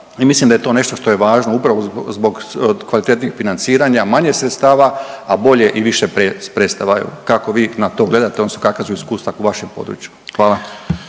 mislim da je to nešto što je važno upravo zbog kvalitetnih financiranja, manje sredstava, a bolje i više predstava. Kako vi na to gledate odnosno kakva su iskustva u vašem području? Hvala.